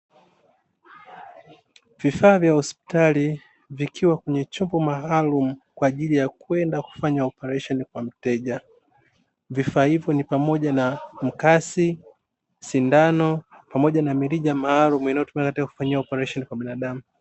Vifaa vya hospitali vikiwa kwenye chombo maalum kwa ajili ya kwenda kufanya operesheni kwa mteja vifaa hivyo ni pamoja na mukasi, sindano pamoja na mirija maalamu inayotumika kufanya operasheni kwa binadamu